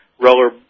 roller